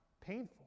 painful